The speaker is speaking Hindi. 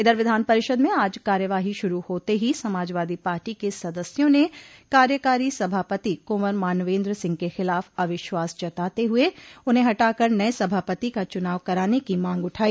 इधर विधान परिषद में आज कार्यवाही शुरू होते ही समाजवादी पार्टी के सदस्यों ने कार्यकारी सभापति कुंवर मानवेन्द्र सिंह के खिलाफ अविश्वास जताते हुए उन्हें हटाकर नये सभापति का चुनाव कराने की मांग उठाई